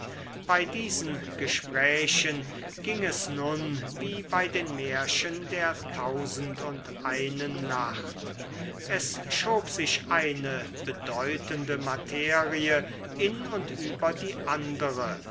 bei diesen gesprächen ging es nun wie bei den märchen der tausendundeinen nacht es schob sich eine bedeutende materie in und über die andere